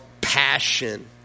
passion